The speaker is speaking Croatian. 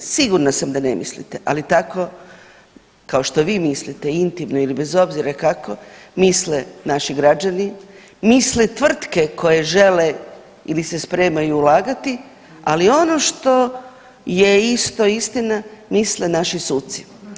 Sigurna sam da ne mislite, ali tako kao što vi mislite intimno ili bez obzira kako misle naši građani, misle tvrtke koje žele ili se spremaju ulagati, ali ono što je isto istina, misle naši suci.